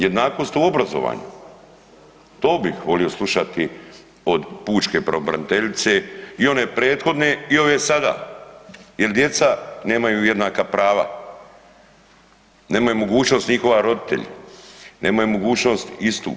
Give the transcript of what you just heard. Jednakost u obrazovanju, to bih volio slušati od pučke pravobraniteljice i one prethodne i ove sada jer djeca nemaju jednaka prava, nemaju mogućnost njihovi roditelji, nemaju mogućnost istu.